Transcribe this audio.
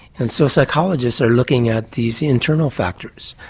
and so psychologists are looking at these internal factors,